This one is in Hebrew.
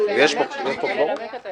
אין ההצעה לפטור מחובת הנחה את הצעת